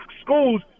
schools